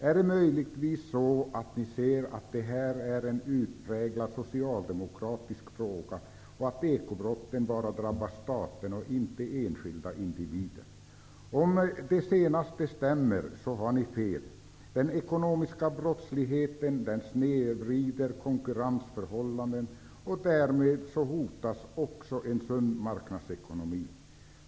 Är det möjligtvis så att ni anser att det här är en utpräglad socialdemokratisk fråga och att ekobrotten bara drabbar staten och inte enskilda individer? Om det senaste stämmer, har ni fel. Den ekonomiska brottsligheten snedvrider konkurrensförhållanden, och därmed hotas också en sund marknadsekonomi.